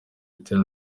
icyo